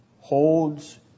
holds